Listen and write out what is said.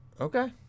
Okay